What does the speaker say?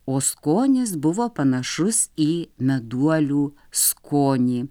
o skonis buvo panašus į meduolių skonį